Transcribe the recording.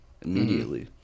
immediately